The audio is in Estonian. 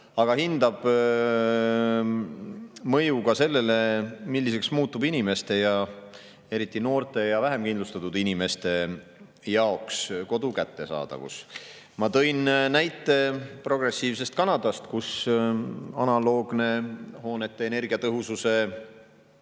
aga hindab mõju ka sellele, milliseks muutub inimeste, eriti noorte ja vähem kindlustatud inimeste jaoks kodu kättesaadavus. Ma tõin näite progressiivsest Kanadast, kus analoogne hoonete energiatõhususe